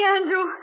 Andrew